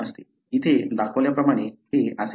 इथे दाखवल्याप्रमाणे हे असे काहीतरी आहे